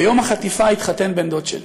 ביום החטיפה התחתן בן דוד שלי.